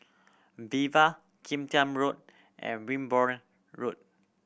Viva Kim Tian Road and Wimborne Road